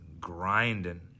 grinding